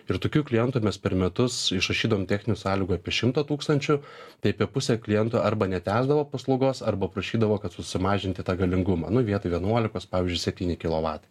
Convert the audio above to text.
ir tokių klientų mes per metus išrašydavom techninių sąlygų apie šimtą tūkstančių tai apie pusė klientų arba netęsdavo paslaugos arba prašydavo kad susimažinti tą galingumą nu vietoj vienuolikos pavyzdžiui septyni kilovatai